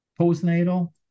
postnatal